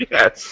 Yes